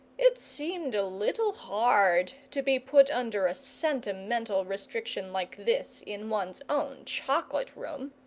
it seemed a little hard to be put under a sentimental restriction like this in one's own chocolate-room.